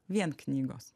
vien knygos